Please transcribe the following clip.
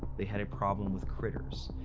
they had a problem with critters.